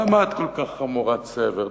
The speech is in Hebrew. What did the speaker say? למה את כל כך חמורת סבר?